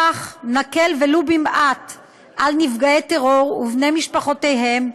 כך נקל ולו במעט על נפגעי טרור ובני משפחותיהם,